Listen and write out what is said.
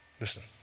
Listen